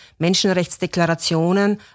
Menschenrechtsdeklarationen